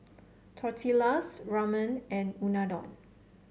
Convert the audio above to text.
Tortillas Ramen and Unadon